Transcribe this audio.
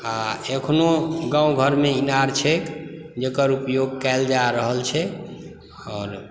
आ एखनहु गाँव घरमे इनार छैक जकर उपयोग कयल जा रहल छै आओर